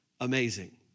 amazing